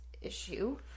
issue